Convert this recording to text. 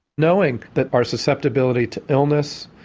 knowing that our susceptibility to illness,